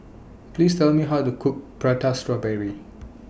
Please Tell Me How to Cook Prata Strawberry